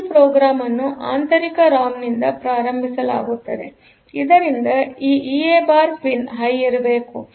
ಈ ಪ್ರೋಗ್ರಾಂ ಅನ್ನು ಆಂತರಿಕ ರಾಮ್ನಿಂದ ಪ್ರಾರಂಭಿಸಲಾಗುತ್ತದೆಆದ್ದರಿಂದ ಈ ಇಎ ಬಾರ್ ಪಿನ್ ಹೈ ಇರಬೇಕು